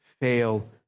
fail